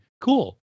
Cool